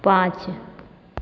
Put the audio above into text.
पाँच